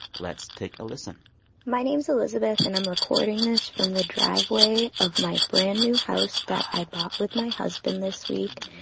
let's take a listen my name's elizabeth, and i'm recording this from the driveway of my brand-new house that i bought with my husband this week.